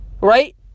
Right